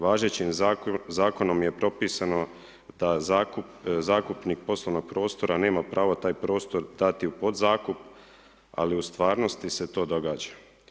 Važećim zakonom je propisano da zakupnik poslovnog prostora, nema pravo taj prostor dati u podzakup, ali u stvarnosti se to događa.